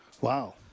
Wow